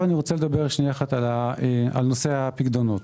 לגבי נושא הפיקדונות,